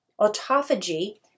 autophagy